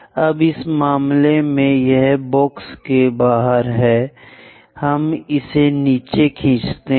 अब इस मामले में यह बॉक्स के बाहर है हम इसे नीचे खींचते हैं